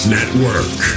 Network